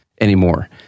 anymore